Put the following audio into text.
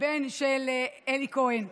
הבן של אלי כהן,